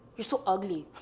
you're so ugly.